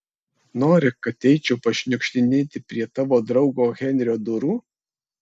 nori kad eičiau pašniukštinėti prie tavo draugo henrio durų